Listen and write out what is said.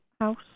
house